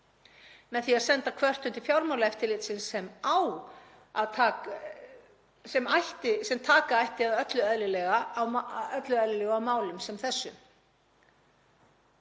með því að senda kvörtun til Fjármálaeftirlitsins sem taka ætti að öllu eðlilegu á málum sem þessum.